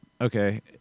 okay